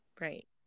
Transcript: right